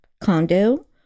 condo